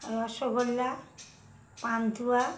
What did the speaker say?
rasgulla pantua